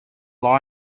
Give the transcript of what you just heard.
law